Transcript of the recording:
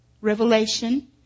revelation